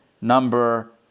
number